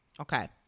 Okay